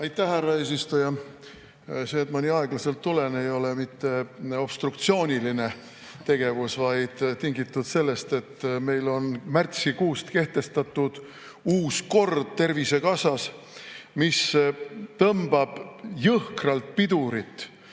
Aitäh, härra eesistuja! See, et ma nii aeglaselt tulen, ei ole mitte obstruktsiooniline tegevus, vaid tingitud sellest, et meil on märtsikuust kehtestatud uus kord Tervisekassas, mis tõmbab jõhkralt pidurit